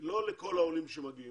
ולא לכל העולים שמגיעים.